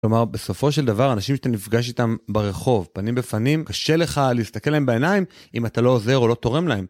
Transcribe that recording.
כלומר בסופו של דבר אנשים שאתה נפגש איתם ברחוב, פנים בפנים, קשה לך להסתכל עליהם בעיניים אם אתה לא עוזר או לא תורם להם.